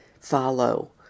follow